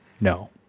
no